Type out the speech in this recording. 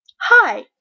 Hi